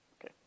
Okay